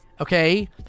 Okay